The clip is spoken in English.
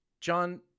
John